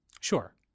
Sure